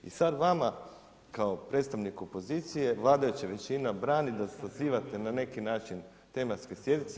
I sada vama kao predstavniku opozicije vladajuća većina brani da sazivate na neki način tematske sjednice.